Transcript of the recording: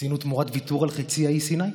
עשינו תמורת ויתור על חצי האי סיני,